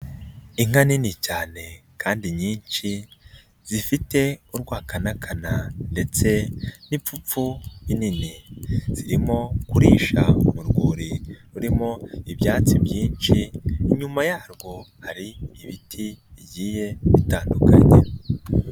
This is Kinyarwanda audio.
Inka nini cyane kandi nyinshi zifite urwakanakana ndetse n'ipfupfu rinini zirimo kuririsha mu rwuri rurimo ibyatsi byinshi, inyuma yarwo hari ibiti bigiye bitandukanye.